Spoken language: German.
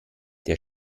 der